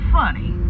funny